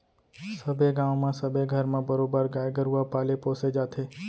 सबे गाँव म सबे घर म बरोबर गाय गरुवा पाले पोसे जाथे